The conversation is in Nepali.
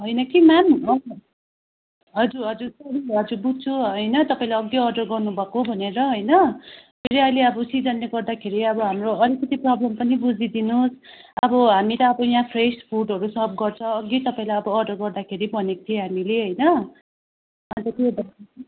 होइन कि म्याम हजुर हजुर सरी हजुर बुझ्छु होइन तपाईँले अघि अर्डर गर्नुभएको भनेर होइन फेरि अहिले अब सिजनले गर्दाखेरि अब हाम्रो अलिकति प्रोब्लम पनि बुझिदिनुस अब हामी त अब यहाँ फ्रेस फुडहरू सर्भ गर्छ अघि तपाईँलाई अर्डर गर्दाखेरि भनेको थिएँ हामीले होइन अन्त